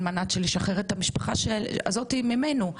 על מנת לשחרר את המשפחה הזאתי ממנו,